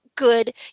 Good